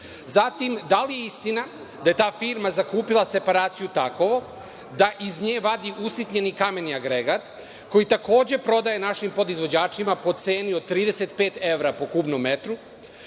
Zatim, da li je istina da je ta firma zakupila separaciju „Takovo“ da iz nje vadi usitnjeni kameni agregat, koji takođe prodaje našim podizvođačima po ceni od 35 evra po kubnom metru